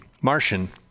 Martian